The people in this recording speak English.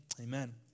Amen